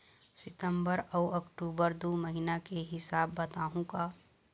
सितंबर अऊ अक्टूबर दू महीना के हिसाब बताहुं का?